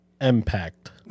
Impact